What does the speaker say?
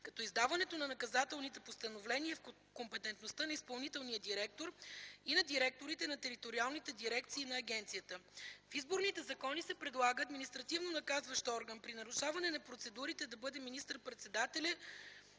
като издаването на наказателните постановления е в компетентността на изпълнителния директор и на директорите на териториалните дирекции на агенцията. В изборните закони се предлага административно-наказващ орган при нарушаване на процедурите да бъде министър-председателят